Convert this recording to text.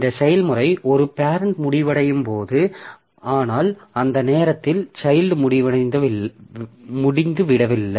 இந்த செயல்முறை ஒரு பேரெண்ட் முடிவடையும் போது ஆனால் அந்த நேரத்தில் சைல்ட் முடிந்துவிடவில்லை